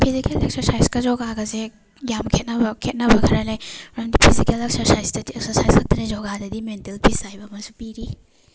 physical ꯑꯦꯛꯁꯔꯁꯥꯏꯖꯀ ꯌꯣꯒꯥꯒꯁꯦ ꯌꯥꯝ ꯈꯦꯠꯅꯕ ꯈꯦꯠꯅꯕ ꯈꯔ ꯂꯩ ꯃꯔꯝꯗꯤ ꯐꯤꯖꯤꯀꯦꯜ ꯑꯦꯛꯁꯔꯁꯥꯏꯖꯇꯗꯤ ꯑꯦꯛꯁꯔꯁꯥꯏꯖ ꯈꯛꯇꯅꯦ ꯌꯣꯒꯥꯗꯗꯤ ꯃꯦꯟꯇꯦꯜ ꯄꯤꯁ ꯍꯥꯏꯕ ꯑꯃꯁꯨ ꯄꯤꯔꯤ